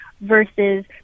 versus